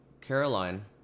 Caroline